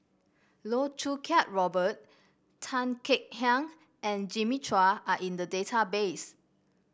Loh Choo Kiat Robert Tan Kek Hiang and Jimmy Chua are in the database